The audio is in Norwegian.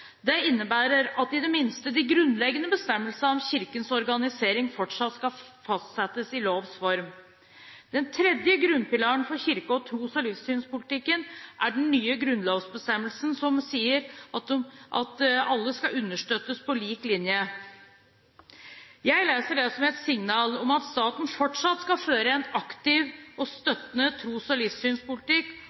Det innebærer at i det minste de grunnleggende bestemmelsene om Kirkens organisering fortsatt skal fastsettes i lovs form. Den tredje grunnpilaren for kirke-, tros- og livssynspolitikken er den nye grunnlovsbestemmelsen som sier at alle skal «understøttes paa lige Linje». Jeg leser det som et signal om at staten fortsatt skal føre en aktiv og støttende tros- og livssynspolitikk,